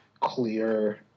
clear